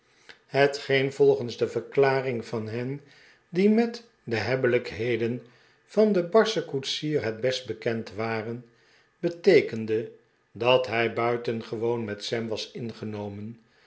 hetgeen volgens de verklaring van hen die met de hebbelijkheden van den barsehen koetsier het best bekend waren beteekende dat hij buitengewoon met sam was ingenomen